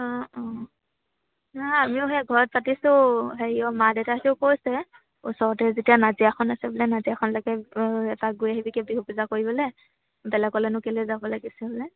অঁ অঁ নাই আমিও সেই ঘৰত পাতিছোঁ হেৰিও মা দেউতাহেঁতিও কৈছে ওচৰতে যেতিয়া নাজিৰাখন আছে বোলে নাজিৰাখনলৈকে গৈ এপাক গৈ আহিবিগৈ বিহু বজা কৰিবলৈ বেলেগলৈনো কেলৈ যাব লাগিছে বোলে